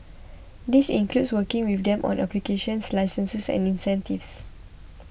this includes working with them on applications licenses and incentives